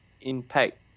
impact